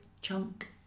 chunk